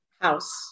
House